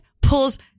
pulls